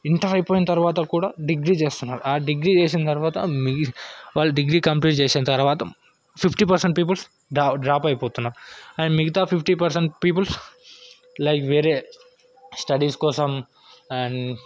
inter అయిపోయిన తర్వాత కూడా డిగ్రీ చేస్తున్నారు ఆ డిగ్రీ చేసిన తర్వాత వాళ్ళు డిగ్రీ కంప్లీట్ చేసిన తర్వాత ఫిఫ్టీ పర్సెంట్ పీపుల్స్ డా డ్రాప్ అయిపోతున్నారు అండ్ మిగతా ఫిఫ్టీ పర్సెంట్ పీపుల్స్ లైక్ వేరే స్టడీస్ కోసం అండ్